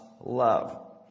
love